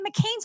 McCain's